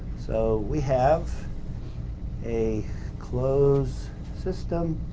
so, we have a closed system.